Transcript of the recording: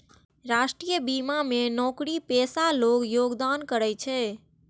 राष्ट्रीय बीमा मे नौकरीपेशा लोग योगदान करै छै